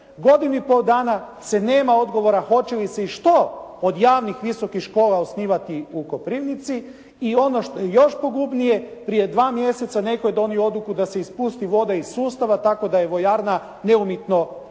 godinu i pol dana se nema odgovora hoće li se i što od javnih visokih škola osnivati u Koprivnici i ono što je još pogubnije prije 2 mjeseca netko je donio odluku da se ispusti voda iz sustava tako da je vojarna neumitno propala.